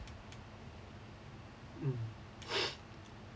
mm